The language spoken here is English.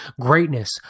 greatness